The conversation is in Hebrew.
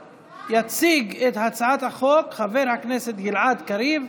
יציג את הצעת החוק חבר הכנסת גלעד קריב,